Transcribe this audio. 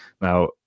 Now